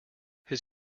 his